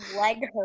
leg